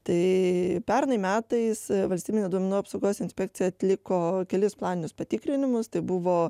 tai pernai metais valstybinė duomenų apsaugos inspekcija atliko kelis planinius patikrinimus tai buvo